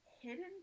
Hidden